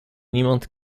niemand